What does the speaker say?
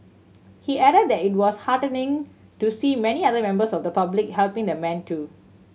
he added that it was heartening to see many other members of the public helping the man too